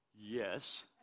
Yes